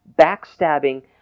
backstabbing